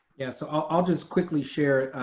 yeah, so i'll just quickly share,